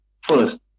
first